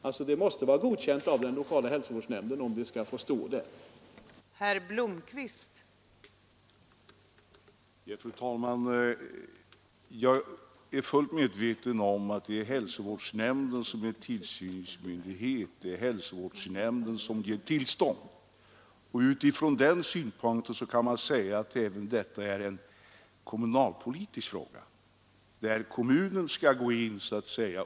Det krävs alltså ett godkännande av den lokala hälsovårdsnämnden, om bilen skall få stå på parkeringsplatsen.